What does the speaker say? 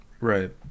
right